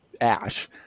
ash